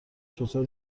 چطور